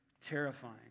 terrifying